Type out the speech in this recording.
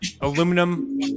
aluminum